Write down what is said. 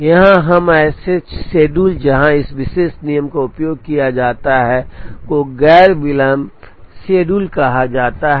यहां अब ऐसे शेड्यूल जहां इस विशेष नियम का उपयोग किया जाता है को गैर विलंब शेड्यूल कहा जाता है